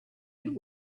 had